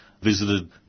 visited